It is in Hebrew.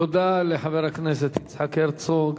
תודה לחבר הכנסת יצחק הרצוג.